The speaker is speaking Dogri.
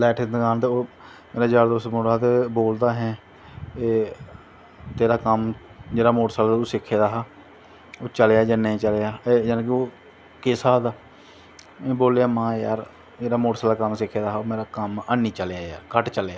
इलैक्ट्रिशन दी दकान ही ते ओह् मेरा यार दोस्त मुड़ा हा ते बोलदा अहें तेरा कम्म जेह्ड़ा मोेटर सैकल दा तूं सिक्खे दा हा ओह् चलेआ जां नेंई चलेआ जानि के ओह् केह् हिसाव ऐ में बोलेआ महां यार जेह्ड़ा मोटर सैकलें दा कम्म सिक्खे दा हा ओह् ऐनी चलेआ घट्ट चलेआ